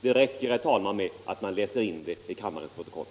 Det räcker, herr talman, med att man läser in det till kammarens protokoll.